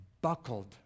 buckled